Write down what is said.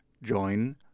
Join